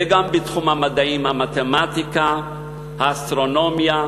וגם בתחום המדעים: המתמטיקה, האסטרונומיה,